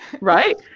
Right